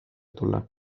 tulla